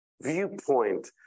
viewpoint